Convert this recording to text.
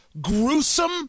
gruesome